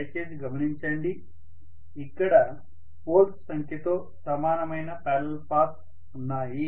దయచేసి గమనించండి ఇక్కడ పోల్స్ సంఖ్యతో సమానమైన పారలల్ పాత్స్ ఉన్నాయి